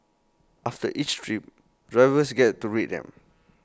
after each trip drivers get to rate them